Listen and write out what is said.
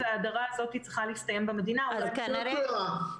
והיא נשענת על ארגונים שיש להם את הניסיון כבר 15 שנה,